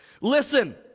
Listen